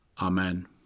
Amen